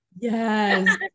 yes